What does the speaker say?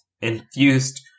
infused